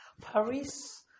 Paris